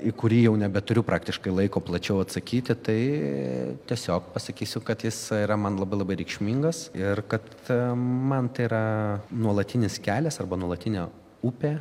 į kurį jau nebeturiu praktiškai laiko plačiau atsakyti tai tiesiog pasakysiu kad jis yra man labai labai reikšmingas ir kad man tai yra nuolatinis kelias arba nuolatinio upė